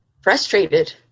frustrated